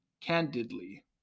candidly